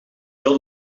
heel